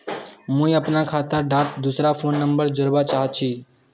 मुई अपना खाता डात दूसरा फोन नंबर जोड़वा चाहची?